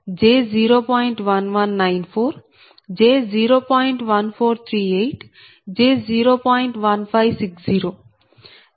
1194 j0